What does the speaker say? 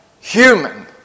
human